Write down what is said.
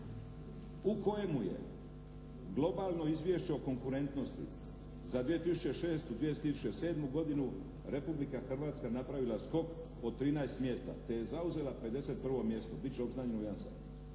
u kojemu je globalno izvješće o konkurentnosti za 2006.-2007. godinu Republika Hrvatska napravila skok od 13 mjesta te je zauzela 51. mjesto, bit će obznanjeno u jedan sat.